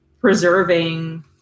preserving